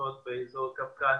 בתפוצות באזור הקווקז